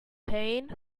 pain